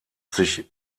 sich